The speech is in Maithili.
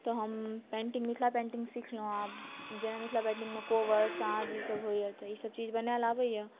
तऽ हम पेन्टिंग मिथिला पेन्टिंग सिखलहुँ आब जेना मिथिला पेन्टिंग मे कोबर साँझ ई सभ होइया तऽ ई सभ चीज बनाबै लेल आबैया